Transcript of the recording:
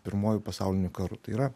pirmuoju pasauliniu karu tai yra